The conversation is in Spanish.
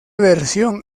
versión